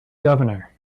governor